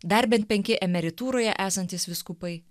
dar bent penki emeritūroje esantys vyskupai